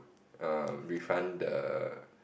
um refund the